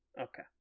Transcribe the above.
Okay